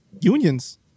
Unions